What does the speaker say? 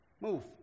Move